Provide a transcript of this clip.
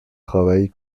travaille